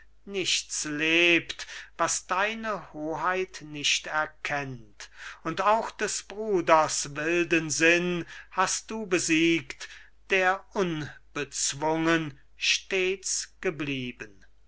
nichts lebt was deine hoheit nicht erkennt und auch des bruders wilden sinn hast du besiegt der unbezwungen